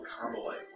Carmelite